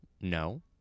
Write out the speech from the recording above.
No